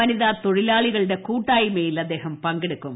വനിത തൊഴിലാളികളുടെ കൂട്ടായ്മയിൽ അദ്ദേഹം പങ്കെടുക്കും